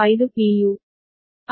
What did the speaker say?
u